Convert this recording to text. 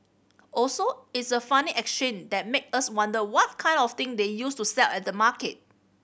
also it's a funny exchange that makes us wonder what kind of thing they used to sell at the market